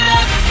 up